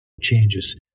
changes